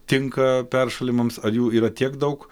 tinka peršalimams ar jų yra tiek daug